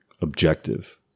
objective